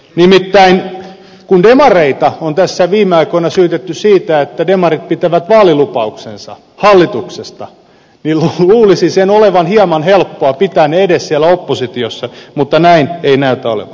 nimittäin kun demareita on tässä viime aikoina syytetty siitä että demarit pitävät vaalilupauksensa hallituksessa luulisi olevan hieman helppoa pitää ne edes siellä oppositiossa mutta näin ei näytä olevan